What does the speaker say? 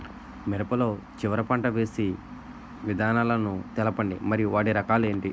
మిరప లో చివర పంట వేసి విధానాలను తెలపండి మరియు వాటి రకాలు ఏంటి